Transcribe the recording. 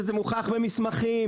וזה מוכח במסמכים,